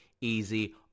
easy